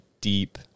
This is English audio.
deep